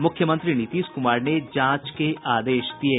मुख्यमंत्री नीतीश कुमार ने जांच के आदेश दिये